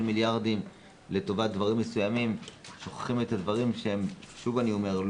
מיליארדים לטובת דברים מסוימים ושוכחים את הדברים שהם שוב אני אומר,